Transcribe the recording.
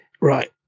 right